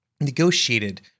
negotiated